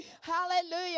hallelujah